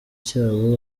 cyabo